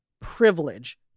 privilege